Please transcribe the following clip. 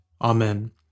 Amen